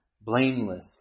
blameless